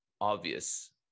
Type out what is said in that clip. obvious